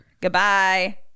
Goodbye